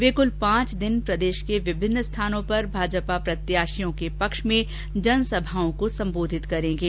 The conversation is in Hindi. वे कुल पांच दिन प्रदेश के विभिन्न स्थानों पर भाजपा प्रत्याशियों के पक्ष में जनसभाओं को सम्बोधित करेंगे